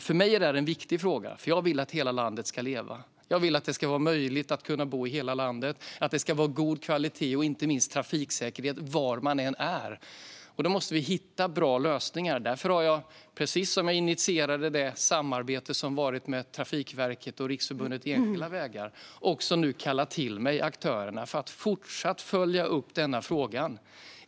För mig är det här en viktig fråga, för jag vill att hela landet ska leva. Jag vill att det ska vara möjligt att bo i hela landet och att det ska vara god kvalitet och inte minst trafiksäkerhet var man än är. Då måste vi hitta bra lösningar. Därför har jag, precis som jag initierade det samarbete som varit med Trafikverket och Riksförbundet Enskilda Vägar, nu kallat till mig aktörerna för att fortsatt följa upp denna fråga.